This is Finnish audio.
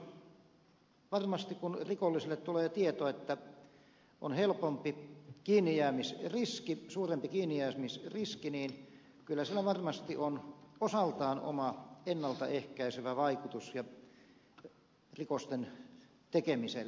silloin varmasti kun rikolliselle tulee tieto että on suurempi kiinnijäämisriski kyllä sillä on osaltaan oma ennalta ehkäisevä vaikutus rikosten tekemiseen